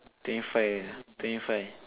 twenty five twenty five